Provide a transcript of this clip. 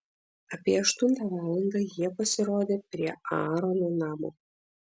apie aštuntą valandą jie pasirodė prie aarono namo